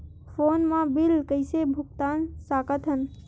Phone मा bill कइसे भुक्तान साकत हन?